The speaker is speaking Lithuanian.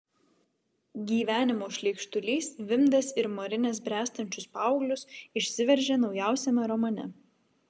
gyvenimo šleikštulys vimdęs ir marinęs bręstančius paauglius išsiveržė naujausiame romane